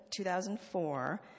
2004